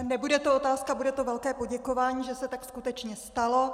Nebude to otázka, bude to velké poděkování, že se tak skutečně stalo.